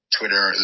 Twitter